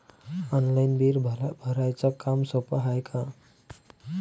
Online bill भराच काम सोपं हाय का?